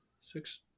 Six